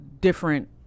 different